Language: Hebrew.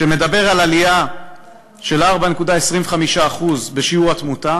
שמדבר על עלייה של 4.25% בשיעור התמותה